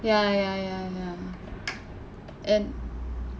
ya ya ya ya and